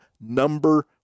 number